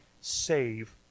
save